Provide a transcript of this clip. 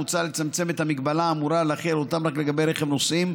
מוצע לצמצם את ההגבלה האמורה ולהחיל אותה רק לגבי רכב נוסעים,